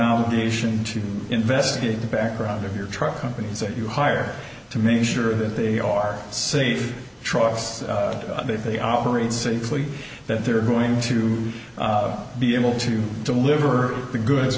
obligation to investigate the background of your truck companies that you hire to make sure that they are safe trusts and if they operate safely that they're going to be able to deliver the goods